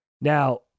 Now